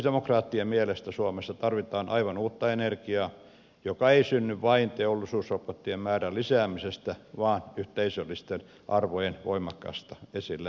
kristillisdemokraattien mielestä suomessa tarvitaan aivan uutta energiaa joka ei synny vain teollisuusrobottien määrän lisäämisestä vaan yhteisöllisten arvojen voimakkaasta esille nostamisesta